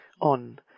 on